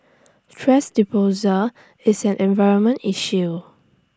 thrash disposal is an environmental issue